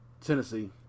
tennessee